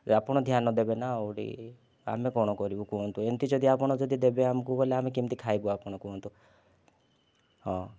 ଆପଣ ଧ୍ୟାନ ଦେବେ ନା ଆଉ ଟିକିଏ ଆମେ କ'ଣ କରିବୁ କୁହନ୍ତୁ ଏମିତି ଯଦି ଆପଣ ଯଦି ଦେବେ ଆମକୁ ବୋଲେ ଆମେ କେମିତି ଖାଇବୁ ଆପଣ କୁହନ୍ତୁ ହଁ